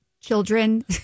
Children